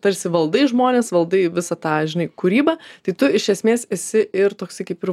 tarsi valdai žmones valdai visą tą žinai kūrybą tai tu iš esmės esi ir toksai kaip ir